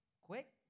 quick